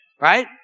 Right